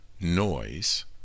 noise